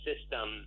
system